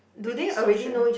pretty social